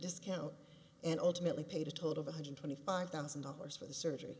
discount and ultimately paid a total one hundred twenty five thousand dollars for the surgery